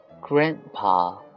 Grandpa